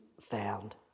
found